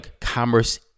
commerce